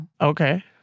Okay